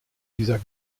dieser